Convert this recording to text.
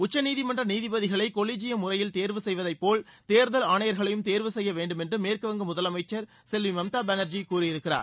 உச்சநீதிமன்ற நீதிபதிகளை கொலீஜியம் முறையில் தேர்வு செய்வதைப் போல் தேர்தல் ஆணையர்களையும் தேர்வு செய்ய வேண்டும் என்று மேற்குவங்க முதலமைச்சர் செல்வி மம்தா பானர்ஜி கூறியிருக்கிறார்